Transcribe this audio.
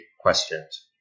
Questions